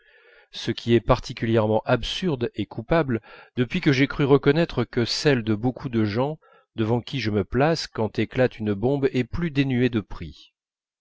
ce qui est particulièrement absurde et coupable depuis que j'ai cru reconnaître que celle de beaucoup de gens devant qui je me place quand éclate une bombe est plus dénuée de prix